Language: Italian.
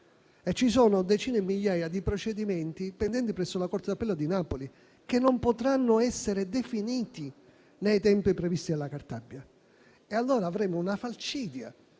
Ci sono decine e migliaia di procedimenti pendenti presso la corte d'Appello di Napoli, che non potranno essere definiti nei tempi previsti dalla Cartabia. E allora avremo una falcidia